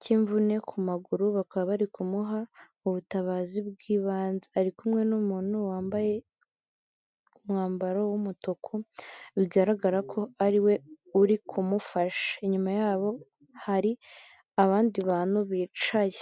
cy'imvune ku maguru, bakaba bari kumuha ubutabazi bw'ibanze, ari kumwe n'umuntu wambaye umwambaro w'umutuku bigaragara ko ariwe uri kumufasha, inyuma yabo hari abandi bantu bicaye.